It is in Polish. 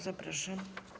Zapraszam.